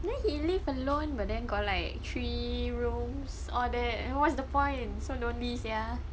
then he live alone but then got like three rooms all that what's the point so lonely sia